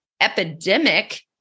epidemic